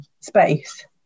space